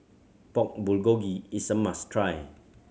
Pork Bulgogi is a must try